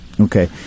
Okay